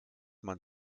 man